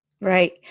Right